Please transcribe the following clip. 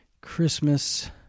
Christmas